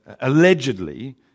allegedly